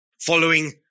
following